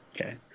okay